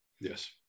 yes